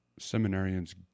Seminarians